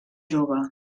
jove